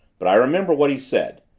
but i remember what he said.